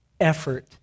effort